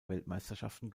weltmeisterschaften